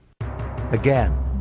Again